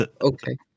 okay